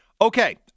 Okay